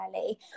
early